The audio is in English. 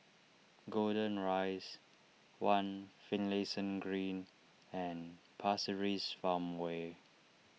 Golden Rise one Finlayson Green and Pasir Ris Farmway